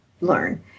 learn